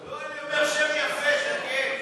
לא, אני אומר: שם יפה, שקד.